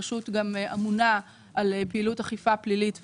הרשות גם אמונה על פעילות אכיפה פלילית ומנהלית.